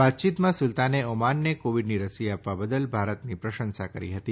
વાતયીતમાં સુલતાને ઓમાનને કોવિડની રસી આપવા બદલ ભારતની પ્રશંસા કરી હતી